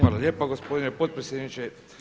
Hvala lijepo gospodine potpredsjedniče.